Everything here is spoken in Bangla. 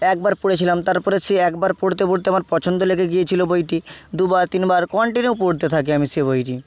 একবার পড়েছিলাম তারপরে সে একবার পড়তে পড়তে আমার পছন্দ লেগে গিয়েছিলো বইটি দুবার তিনবার কন্টিনিউ পড়তে থাকি আমি সে বইটি